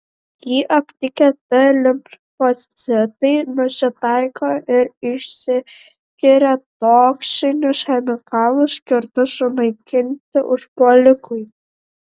jį aptikę t limfocitai nusitaiko ir išskiria toksinius chemikalus skirtus sunaikinti užpuolikui